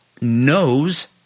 knows